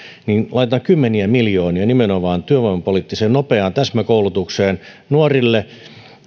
laitetaan kymmeniä miljoonia nimenomaan työvoimapoliittiseen nopeaan täsmäkoulutukseen nuorille